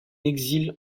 exil